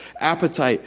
Appetite